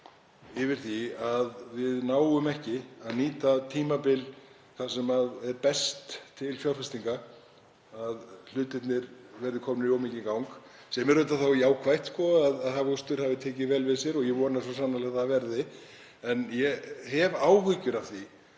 af því að við náum ekki að nýta tímabil sem er best til fjárfestinga, að hlutirnir verði komnir of mikið í gang, sem er auðvitað jákvætt, að hagvöxtur hafi tekið vel við sér, og ég vona svo sannarlega að það verði. En ég hef áhyggjur af því